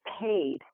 paid